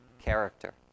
character